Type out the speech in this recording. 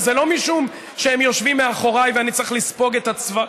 וזה לא משום שהם יושבים מאחוריי ואני צריך לספוג את הצווחות.